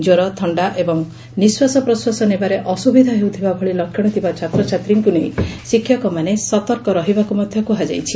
କ୍ୱର ଥି ଏବଂ ନିଶ୍ୱାସ ପ୍ରଶ୍ୱାସ ନେବାରେ ଅସୁବିଧା ହେଉଥିବା ଭଳି ଲକ୍ଷଣ ଥିବା ଛାତ୍ରଛାତ୍ରୀଙ୍କୁ ନେଇ ଶିକ୍ଷକମାନେ ସତର୍କ ରହିବାକୁ ମଧ୍ଧ କୁହାଯାଇଛି